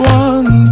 one